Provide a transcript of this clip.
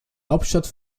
hauptstadt